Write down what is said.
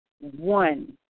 one